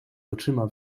oczyma